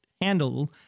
handle